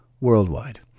worldwide